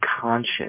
conscious